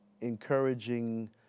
encouraging